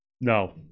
No